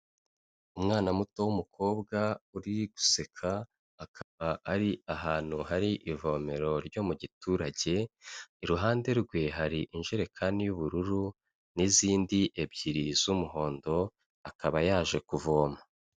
Umwana muto w'umukobwa uri guseka akaba ari ahantu hari ivomero ryo mu giturage, iruhande rwe hari injerekani y'ubururu n'izindi ebyiri z'umuhondo akaba yaje kuvoma.